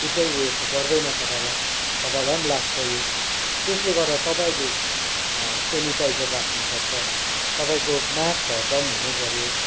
छुट्टै उयो त गर्दैन तपाईँलाई तपाईँलाई पनि लाग्छ यो त्यसले गर्दा तपाईँले सेनिटाइजर राख्नुपर्छ तपाईँको मास्क हरदम हुनुपऱ्यो